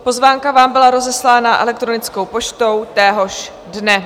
Pozvánka vám byla rozeslána elektronickou poštou téhož dne.